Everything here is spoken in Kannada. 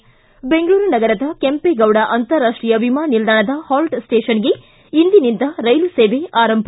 ್ಟಿ ಬೆಂಗಳೂರ ನಗರದ ಕೆಂಪೇಗೌಡ ಅಂತಾರಾಷ್ಟೀಯ ವಿಮಾನ ನಿಲ್ದಾಣದ ಹಾಲ್ಟ್ ಸ್ಪೇಷನ್ಗೆ ಇಂದಿನಿಂದ ರೈಲು ಸೇವೆ ಆರಂಭ